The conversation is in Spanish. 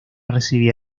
recibía